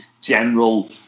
general